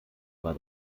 war